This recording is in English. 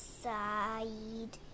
side